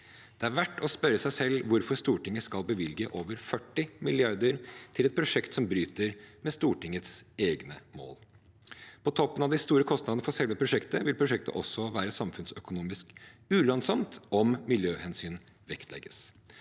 Det er verdt å spørre seg hvorfor Stortinget skal bevilge over 40 mrd. kr til et prosjekt som bryter med Stortingets egne mål. På toppen av de store kostnadene for selve prosjektet vil prosjektet også være samfunnsøkonomisk ulønnsomt om miljøhensyn vektlegges.